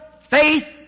faith